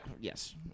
yes